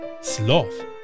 Sloth